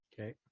Okay